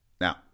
Now